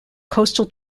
coastal